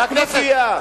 זה כנופיה,